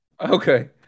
Okay